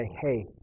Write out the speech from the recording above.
Hey